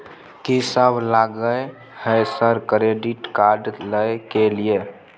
कि सब लगय हय सर क्रेडिट कार्ड लय के लिए?